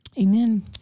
Amen